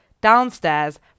downstairs